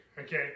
okay